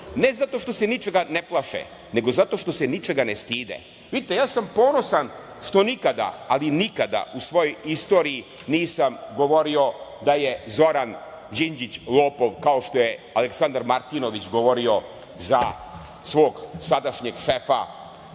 ne zato što se ničega ne plaše, nego zato što se ničega ne stide. Vidite, ja sam ponosan što nikada, ali nikada u svojoj istoriji nisam govorio da je Zoran Đinđić lopov, kao što je Aleksandar Martinović govorio za svog sadašnjeg šefa